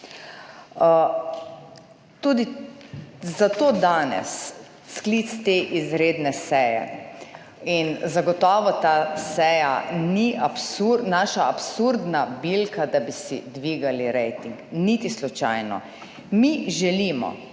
Tudi zato danes sklic te izredne seje in zagotovo ta seja ni naša absurdna bilka, da bi si dvigali rating, niti slučajno. Mi želimo